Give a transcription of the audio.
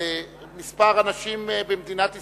על כמה אנשים במדינת ישראל,